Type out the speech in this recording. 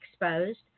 exposed